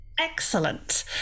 Excellent